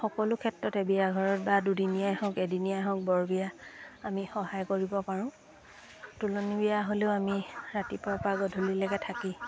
সকলো ক্ষেত্ৰতে বিয়াঘৰত বা দুদিনীয়াই হওক এদিনীয়াই হওক বৰ বিয়া আমি সহায় কৰিব পাৰোঁ তুলনী বিয়া হ'লেও আমি ৰাতিপুৱাৰপৰা গধূলিলৈকে থাকি